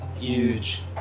Huge